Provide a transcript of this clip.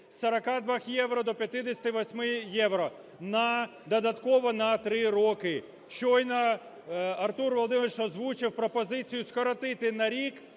з 42 євро до 58 євро додатково на 3 роки. Щойно Артур Володимирович озвучив пропозицію скоротити на рік